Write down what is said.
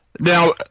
Now